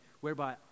whereby